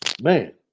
Man